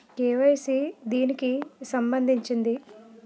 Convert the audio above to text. KYC దేనికి సంబందించింది?